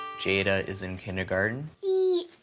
jaida is in kindergarten. eee!